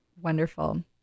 Wonderful